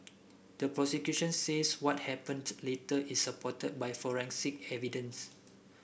the prosecution says what happened later is supported by forensic evidence